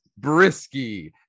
Brisky